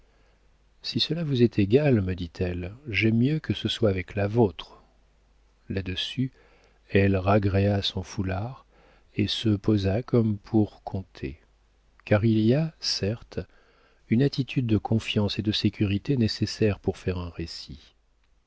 si cela vous est égal me dit-elle j'aime mieux que ce soit avec la vôtre là-dessus elle ragréa son foulard et se posa comme pour conter car il y a certes une attitude de confiance et de sécurité nécessaire pour faire un récit